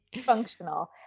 functional